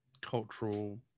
cultural